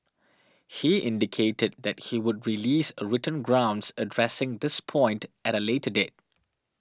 he indicated that he would release a written grounds addressing this point at a later date